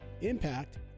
Impact